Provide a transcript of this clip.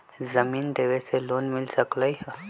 जमीन देवे से लोन मिल सकलइ ह?